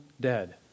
dead